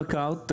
ישראכרט.